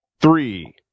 three